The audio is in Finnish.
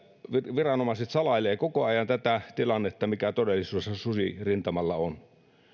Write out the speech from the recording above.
viranomaiset salailevat koko ajan tätä tilannetta mikä todellisuudessa susirintamalla on